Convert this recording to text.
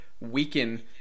weaken